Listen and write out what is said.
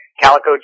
Calico